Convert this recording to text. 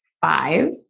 five